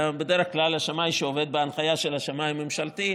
בדרך כלל השמאי שעובד בהנחיה של השמאי הממשלתי.